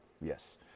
Yes